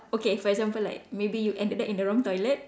okay for example like maybe you ended up in the wrong toilet